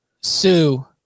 Sue